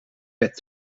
bed